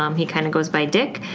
um he kind of goes by dick.